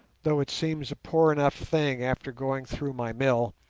though it seems a poor enough thing after going through my mill,